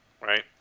Right